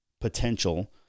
potential